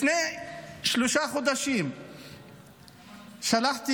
לפני שלושה חודשים שלחתי